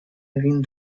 egin